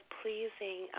pleasing